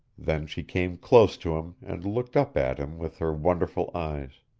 then she came close to him and looked up at him with her wonderful eyes.